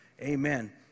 Amen